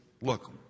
look